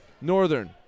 Northern